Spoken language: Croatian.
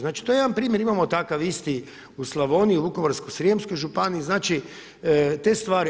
Znači to je jedan primjer, imamo takav isti u Slavoniji, u Vukovarsko-srijemskoj županiji, znači, te stvari.